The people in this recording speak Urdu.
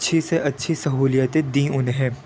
اچھی سے اچھی سہولتیں دیں انہیں